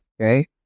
okay